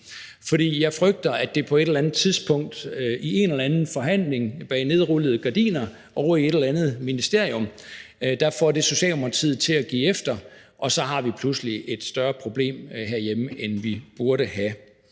jeg frygter, at det på et eller andet tidspunkt i en eller anden forhandling bag nedrullede gardiner ovre i et eller andet ministerium får Socialdemokratiet til at give efter, og så har vi pludselig et større problem herhjemme, end vi burde have.